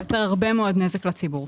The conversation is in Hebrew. הוא יוצר הרבה מאוד נזק לציבור.